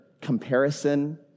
comparison